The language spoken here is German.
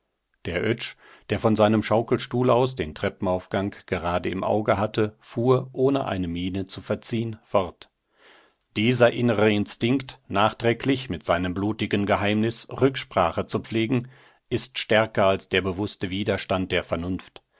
der oetsch der von seinem schaukelstuhl aus den treppenaufgang gerade im auge hatte fuhr ohne eine miene zu verziehen fort dieser innerste instinkt nachträglich mit seinem blutigen geheimnis rücksprache zu pflegen ist stärker als der bewußte widerstand der vernunft